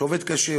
שעובד קשה,